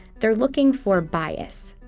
they're looking for bias.